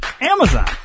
Amazon